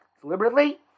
deliberately